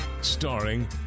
starring